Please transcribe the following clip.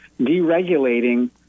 deregulating